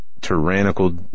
tyrannical